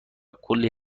کلی